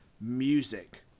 music